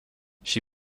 she